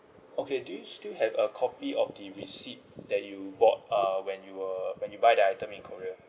okay do you still have a copy of the receipt that you bought uh when you were when you buy the item in korea